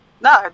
no